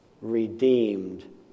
redeemed